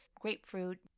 grapefruit